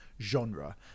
genre